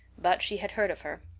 but she had heard of her.